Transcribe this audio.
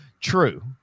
True